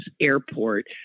airport